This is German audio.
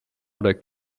oder